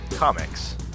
Comics